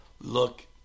look